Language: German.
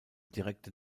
direkte